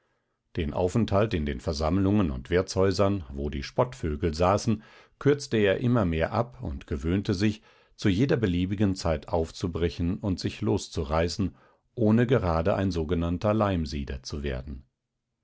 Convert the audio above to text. den aufenthalt in den versammlungen und wirtshäusern wo die spottvögel saßen kürzte er immer mehr ab und gewöhnte sich zu jeder beliebigen zeit aufzubrechen und sich loszureißen ohne gerade ein sogenannter leimsieder zu werden